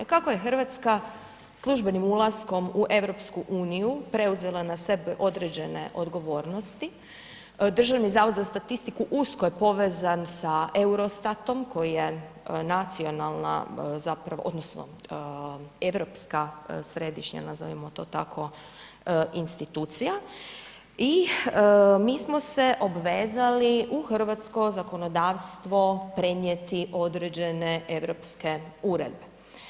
Kako je Hrvatska službenim ulaskom u EU preuzela na sebe određene odgovoriti, Državni zavod za statistiku usko je povezan sa Eurostatom koji je nacionalna zapravo, odnosno europska središnja, nazovimo to tako, institucija i mi smo se obvezali u hrvatsko zakonodavstvo prenijeti određene europske uredbe.